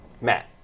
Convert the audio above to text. Matt